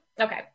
Okay